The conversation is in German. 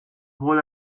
wohl